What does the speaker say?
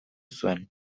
zuen